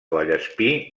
vallespir